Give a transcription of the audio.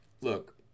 look